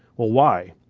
well why?